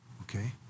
okay